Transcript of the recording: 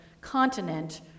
continent